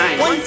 One